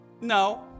No